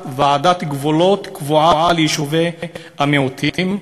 ועדת גבולות קבועה ליישובי המיעוטים",